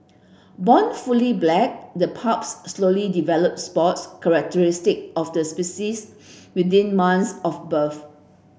born fully black the pups slowly develop spots characteristic of the species within months of birth